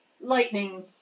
lightning